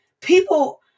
people